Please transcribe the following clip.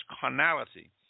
carnality